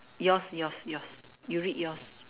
yours yours yours you read yours